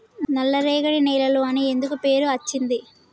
నల్లరేగడి నేలలు అని ఎందుకు పేరు అచ్చింది?